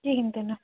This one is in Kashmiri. کہیٖنٛۍ تہِ نہٕ